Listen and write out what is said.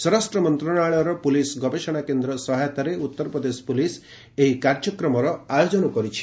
ସ୍ୱରାଷ୍ଟ୍ର ମନ୍ତ୍ରଣାଳୟର ପୁଲିସ୍ ଗବେଷଣା କେନ୍ଦ୍ର ସହାୟତାରେ ଉତ୍ତରପ୍ରଦେଶ ପୁଲିସ୍ ଏହି କାର୍ଯ୍ୟକ୍ରମର ଆୟୋଜନ କରିଛି